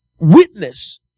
witness